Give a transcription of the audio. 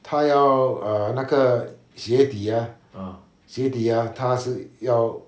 他要 ah 那个鞋底 ah 鞋底 ah 他是要